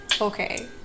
Okay